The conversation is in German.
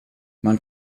man